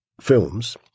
films